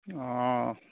অঁ